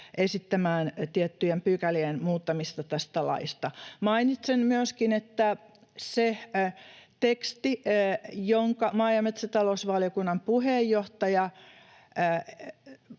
esittämään tiettyjen pykälien muuttamista tästä laista. Mainitsen myöskin, että se teksti, jonka maa- ja metsätalousvaliokunnan puheenjohtaja